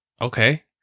okay